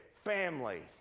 family